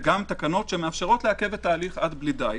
וגם תקנות שמאפשרות לעכב את ההליך עד בלי די.